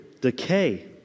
decay